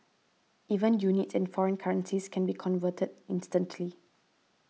even units and foreign currencies can be converted instantly